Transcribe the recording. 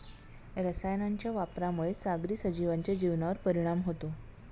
रसायनांच्या वापरामुळे सागरी सजीवांच्या जीवनावर परिणाम होतो